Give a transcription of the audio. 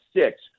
six